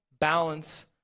balance